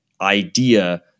idea